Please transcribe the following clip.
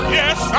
yes